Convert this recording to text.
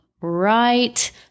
right